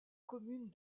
commune